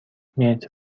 متر